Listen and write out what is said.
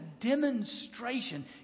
demonstration